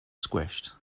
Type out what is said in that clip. squished